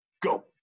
Go